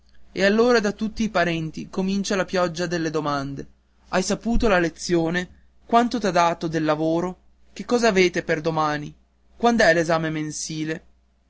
e allora da tutti i parenti comincia la pioggia delle domande hai saputo la lezione quanto t'ha dato del lavoro che cos'avete per domani quand'è l'esame mensile